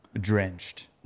drenched